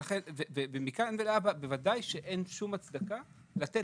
מכאן ולהבא בוודאי שאין שום הצדקה לתת